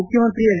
ಮುಖ್ಯಮಂತ್ರಿ ಎಚ್